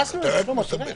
מופיע